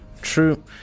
true